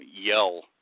yell